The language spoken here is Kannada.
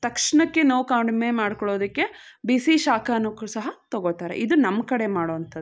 ತಕ್ಷಣಕ್ಕೆ ನೋವು ಕಡಿಮೆ ಮಾಡ್ಕೊಳ್ಳೋದಕ್ಕೆ ಬಿಸಿ ಶಾಖಾನು ಕು ಸಹ ತೊಗೋತಾರೆ ಇದು ನಮ್ಮ ಕಡೆ ಮಾಡೋಂಥದ್ದು